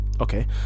Okay